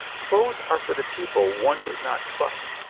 clothes are for the people one does not trust.